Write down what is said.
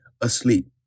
asleep